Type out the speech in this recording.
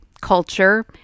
culture